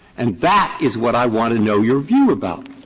and that is what i want to know your view about.